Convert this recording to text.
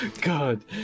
God